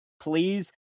please